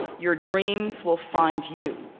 your dreams will find you.